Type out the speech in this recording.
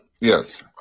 yes